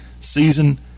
season